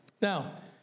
Now